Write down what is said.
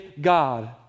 God